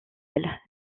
elles